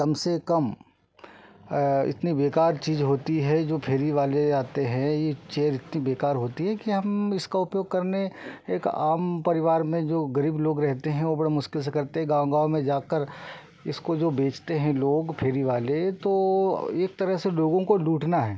कम से कम इतनी बेकार चीज़ होती है जो फेरी वाले आते हैं ये चेयर इतनी बेकार होती है कि हम इसका उपयोग करने एक आम परिवार में जो गरीब लोग रहते हैं वो बड़ा मुश्किल से करते हैं गाँव गाँव में जाकर इसको जो बेचते हैं लोग फेरी वाले तो एक तरह से लोगों को लूटना है